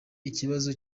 ikibazo